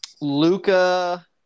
Luca